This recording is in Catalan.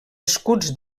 escuts